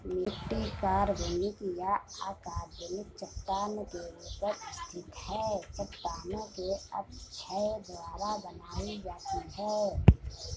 मिट्टी कार्बनिक या अकार्बनिक चट्टान के ऊपर स्थित है चट्टानों के अपक्षय द्वारा बनाई जाती है